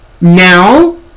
now